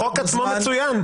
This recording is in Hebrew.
החוק עצמו מצוין.